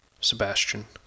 Sebastian